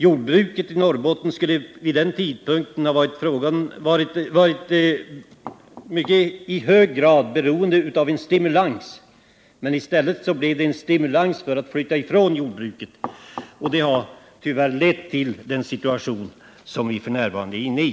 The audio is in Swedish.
Jordbruket i Norrbotten skulle vid den tidpunkten i hög grad ha behövt stimulansåtgärder, men i stället blev det en stimulans för folk att flytta från jordbruket där. Detta har tyvärr lett till den situation som vi f.n. är inne i.